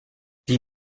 die